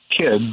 kids